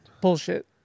Bullshit